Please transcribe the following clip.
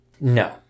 No